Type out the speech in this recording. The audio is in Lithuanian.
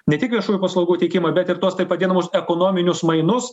ne tik viešųjų paslaugų teikimą bet ir tuos taip vadinamus ekonominius mainus